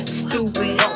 stupid